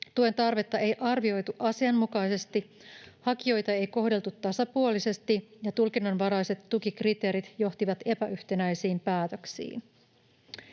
Tuen tarvetta ei arvioitu asianmukaisesti, hakijoita ei kohdeltu tasapuolisesti ja tulkinnanvaraiset tukikriteerit johtivat epäyhtenäisiin päätöksiin.